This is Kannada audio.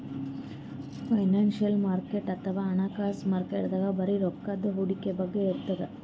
ಫೈನಾನ್ಸಿಯಲ್ ಮಾರ್ಕೆಟ್ ಅಥವಾ ಹಣಕಾಸ್ ಮಾರುಕಟ್ಟೆದಾಗ್ ಬರೀ ರೊಕ್ಕದ್ ಹೂಡಿಕೆ ಬಗ್ಗೆ ಇರ್ತದ್